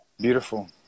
Beautiful